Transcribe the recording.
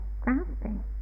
grasping